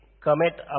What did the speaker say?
commit